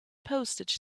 postage